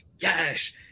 yes